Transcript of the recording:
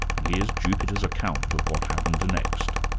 and here's jupiter's account of what happened next.